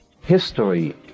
history